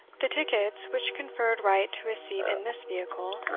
the tickets, which conferred right to a seat in this vehicle,